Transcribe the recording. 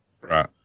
right